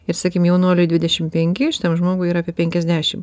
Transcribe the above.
ir sakykim jaunuoliui dvidešim penki šitam žmogui yra apie penkiasdešim